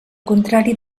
contrari